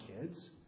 kids